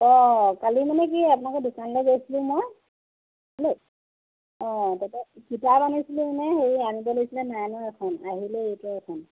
অ কালি মানে কি আপোনলোকৰ দোকনলৈ গৈছিলোঁ মই অ তাৰপৰা কিতাপ আনিছিলোঁ মানে সেই আনিব লাগিছিলে নাইনৰ এখন আহিলে এইটৰ এখন